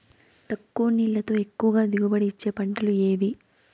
తక్కువ నీళ్లతో ఎక్కువగా దిగుబడి ఇచ్చే పంటలు ఏవి?